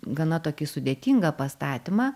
gana tokį sudėtingą pastatymą